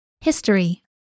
History